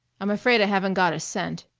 i'm afraid i haven't got a cent.